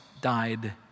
died